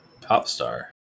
Popstar